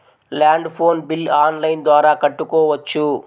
Land phone bill online ద్వారా కట్టుకోవచ్చు?